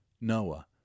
Noah